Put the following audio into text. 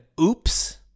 oops